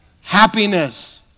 happiness